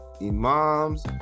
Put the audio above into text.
imams